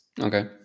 Okay